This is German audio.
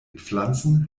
pflanzen